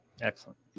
Excellent